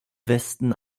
westen